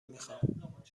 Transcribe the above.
میخام